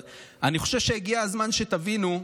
אני חושב שהגיע הזמן שתבינו,